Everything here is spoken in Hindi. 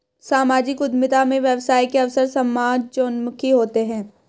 सामाजिक उद्यमिता में व्यवसाय के अवसर समाजोन्मुखी होते हैं